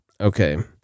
Okay